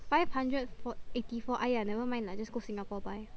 five hundred for~ eighty four !aiya! nevermind lah just go Singapore buy